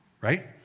right